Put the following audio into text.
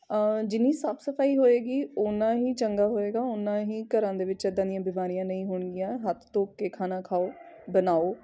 ਜਿੰਨੀ ਸਾਫ਼ ਸਫਾਈ ਹੋਏਗੀ ਉਨਾ ਹੀ ਚੰਗਾ ਹੋਏਗਾ ਉਨਾ ਹੀ ਘਰਾਂ ਦੇ ਵਿੱਚ ਇੱਦਾਂ ਦੀਆਂ ਬਿਮਾਰੀਆਂ ਨਹੀਂ ਹੋਣਗੀਆਂ ਹੱਥ ਧੋ ਕੇ ਖਾਣਾ ਖਾਓ ਬਣਾਓ